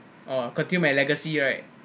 oh continue my legacy right